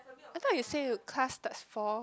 I thought you say you class starts four